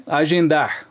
agendar